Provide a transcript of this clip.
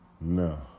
No